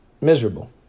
miserable